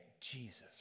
Jesus